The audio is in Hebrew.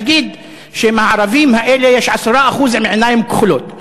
נגיד שמהערבים האלה יש 10% עם עיניים כחולות.